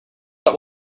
that